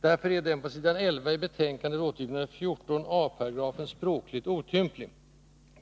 Därför är den på s. 11 i betänkandet återgivna 14 a § språkligt otymplig.